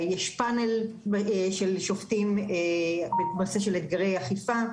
יש פאנל של שופטים בנושא של אתגרי אכיפה,